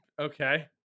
okay